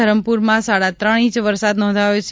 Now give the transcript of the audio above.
ધરમપુરમાં સાડા ત્રણ ઇંચ વરસાદ નોંધાયો છે